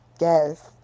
Yes